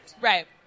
Right